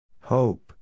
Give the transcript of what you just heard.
Hope